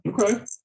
Okay